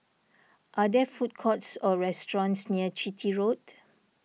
are there food courts or restaurants near Chitty Road